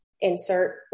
insert